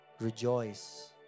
rejoice